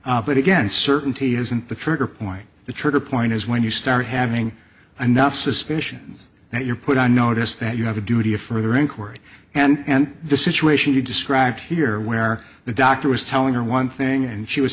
correct but again certainty isn't the trigger point the trigger point is when you start having enough suspicions that you're put on notice that you have a duty of further inquiry and the situation you described here where the doctor was telling her one thing and she was